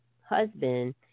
husband